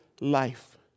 life